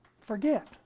forget